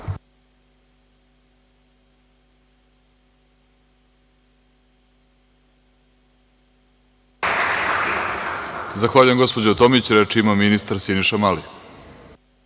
Zahvaljujem, gospođo Tomić. Reč ima ministar Siniša Mali.